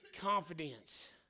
confidence